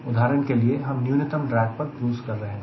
उदाहरण के लिए हम न्यूनतम ड्रैग पर क्रूज़ कर रहे है